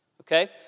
Okay